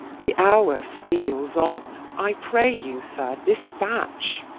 the hour steals on i pray you, sir, dispatch.